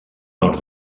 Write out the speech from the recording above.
nord